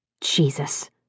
Jesus